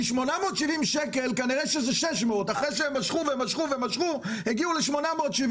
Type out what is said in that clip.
כי 870 שקל זה כנראה 600. אחרי שהם משכו ומשכו ומשכו הם הגיעו ל-870.